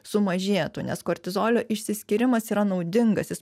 sumažėtų nes kortizolio išsiskyrimas yra naudingas jis